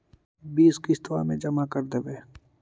बिस किस्तवा मे जमा कर देवै?